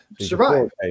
survive